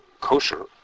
kosher